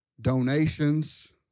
donations